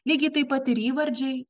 lygiai taip pat ir įvardžiai